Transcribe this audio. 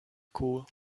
cool